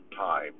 time